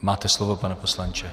Máte slovo, pane poslanče.